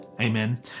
Amen